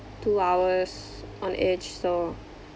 two hours on edge so